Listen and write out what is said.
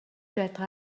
байтугай